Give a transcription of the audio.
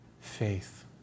faith